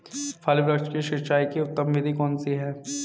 फल वृक्ष की सिंचाई की उत्तम विधि कौन सी है?